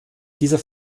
dieser